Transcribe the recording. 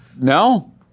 No